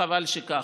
חבל שכך.